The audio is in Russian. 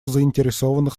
заинтересованных